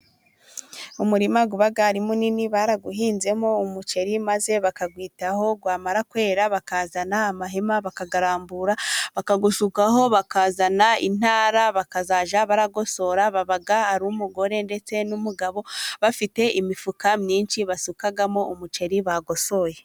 Umurima uba ari munini barawuhinzemo umuceri maze bakawitaho, wamara kwera bakazana amahema bakayarambura bakawusukaho, bakazana intara bakazajya bagosora. Baba ari umugore ndetse n'umugabo, bafite imifuka myinshi basukamo umuceri bagosoye. .